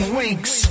weeks